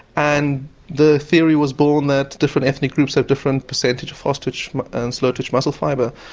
and the theory was born that different ethnic groups have different percentage of fast twitch and slow twitch muscle fibre.